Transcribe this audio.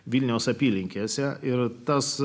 vilniaus apylinkėse ir tas